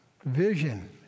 vision